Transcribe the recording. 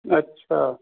अच्छा